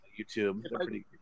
YouTube